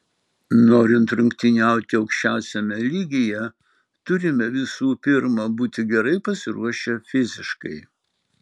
norint rungtyniauti aukščiausiame lygyje turime visų pirma būti gerai pasiruošę fiziškai